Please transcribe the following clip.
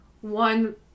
one